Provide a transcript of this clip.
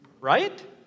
Right